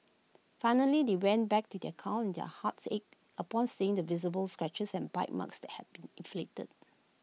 finally they went back to their car and their hearts ached upon seeing the visible scratches and bite marks that had been inflicted